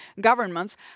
governments